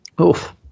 oof